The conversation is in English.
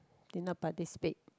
did not participate